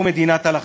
או מדינת הלכה?